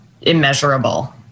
immeasurable